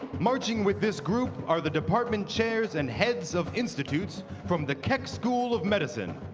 marching with this group are the department chairs and heads of institutes from the keck school of medicine.